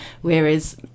whereas